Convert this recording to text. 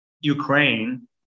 Ukraine